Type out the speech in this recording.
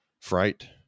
fright